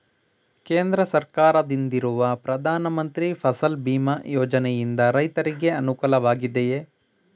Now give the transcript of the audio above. ಕೇಂದ್ರ ಸರ್ಕಾರದಿಂದಿರುವ ಪ್ರಧಾನ ಮಂತ್ರಿ ಫಸಲ್ ಭೀಮ್ ಯೋಜನೆಯಿಂದ ರೈತರಿಗೆ ಅನುಕೂಲವಾಗಿದೆಯೇ?